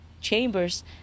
chambers